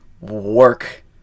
work